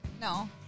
No